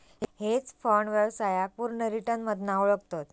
hedge fund व्यवसायाक पुर्ण return मधना ओळखतत